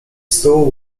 stół